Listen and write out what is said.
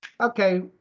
Okay